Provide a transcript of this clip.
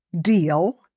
deal